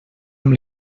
amb